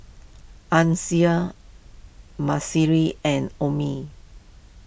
Ancil and Omie